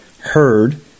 heard